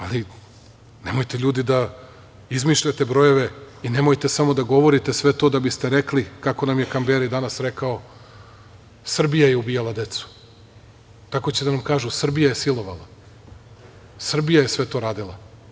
Ali, nemojte, ljudi, da izmišljate brojeve i nemojte samo da govorite sve to da biste rekli, kako nam je Kamberi danas rekao – Srbija je ubijala decu, tako će da nam kažu Srbija je silovala, Srbija je sve to radila.